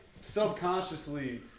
subconsciously